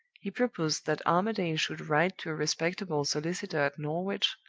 he proposed that armadale should write to a respectable solicitor at norwich,